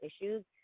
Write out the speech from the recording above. issues